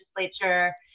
legislature